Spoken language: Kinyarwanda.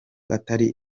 atari